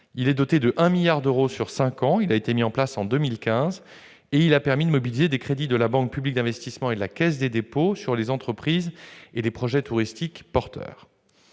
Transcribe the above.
doté de 1 milliard d'euros sur cinq ans. Mis en place en 2015, il a permis de mobiliser des crédits de la Banque publique d'investissement et de la Caisse des dépôts sur les entreprises et projets touristiques porteurs.